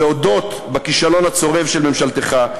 להודות בכישלון הצורב של ממשלתך,